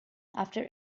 after